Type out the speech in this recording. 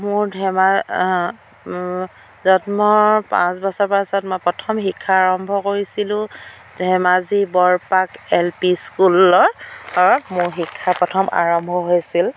মোৰ ধেমাৰ জন্মৰ পাঁচ বছৰ পাছত মই প্ৰথম শিক্ষা আৰম্ভ কৰিছিলোঁ ধেমাজি বৰপাক এল পি স্কুলৰ মোৰ শিক্ষা প্ৰথম আৰম্ভ হৈছিল